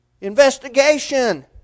Investigation